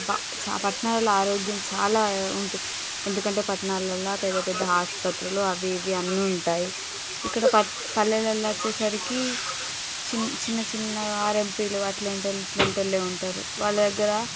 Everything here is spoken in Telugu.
పట్టణాలలో ఆరోగ్యం చాలా ఉంటుంది ఎందుకంటే పట్టణాలలో పెద్ద పెద్ద ఆసుపత్రులు అవి ఇవి అన్నీ ఉంటాయి ఇక్కడ పల్లెలలో వచ్చేసరికి చిన్నచిన్న ఆర్ఏంపిలు అలాంటి వాళ్ళు ఇలాంటి వాళ్ళు ఉంటారు వాళ్ళ దగ్గర